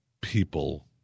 people